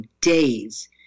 days